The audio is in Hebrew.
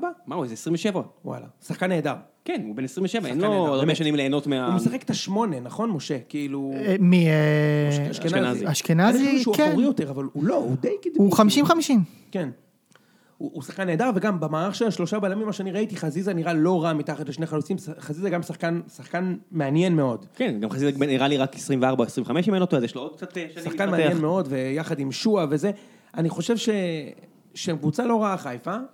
מה, מה הוא, איזה 27? וואלה. שחקן נהדר. כן, הוא בין 27, אין לו... שחקן נהדר... הרבה שנים להינות... הוא משחק את ה-8, נכון, משה? כאילו... מ... אשכנזי. אשכנזי, כן. אני חושב שהוא עקורי יותר, אבל הוא לא, הוא די קדמי. הוא 50-50. כן. הוא שחקן נהדר, וגם במערכת שלנו, שלושה בעלמים, מה שאני ראיתי, חזיזה נראה לא רע מתחת לשני חלוצים, חזיזה גם שחקן, שחקן מעניין מאוד. כן, גם חזיזה נראה לי רק 24-25, אם אני לא טועה, אז יש לו עוד קצת אאא שנים... שחקן מעניין מאוד, ויחד עם שואה וזה, אני חושב ש... שהם קבוצה לא רעה חיפה.